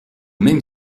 même